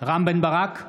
רם בן ברק,